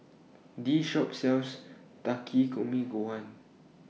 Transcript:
This Shop sells Takikomi Gohan